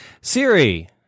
Siri